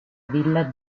villa